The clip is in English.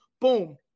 Boom